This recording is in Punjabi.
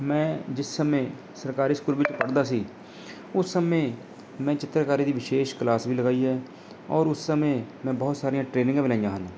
ਮੈਂ ਜਿਸ ਸਮੇਂ ਸਰਕਾਰੀ ਸਕੂਲ ਵਿੱਚ ਪੜ੍ਹਦਾ ਸੀ ਉਸ ਸਮੇਂ ਮੈਂ ਚਿੱਤਰਕਾਰੀ ਦੀ ਵਿਸ਼ੇਸ਼ ਕਲਾਸ ਵੀ ਲਗਾਈ ਹੈ ਔਰ ਉਸ ਸਮੇਂ ਮੈਂ ਬਹੁਤ ਸਾਰੀਆਂ ਟ੍ਰੇਨਿੰਗਾਂ ਵੀ ਲਾਈਆਂ ਹਨ